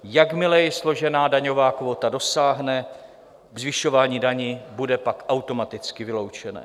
Jakmile je složená daňová kvóta dosáhne, zvyšování daní bude pak automaticky vyloučené.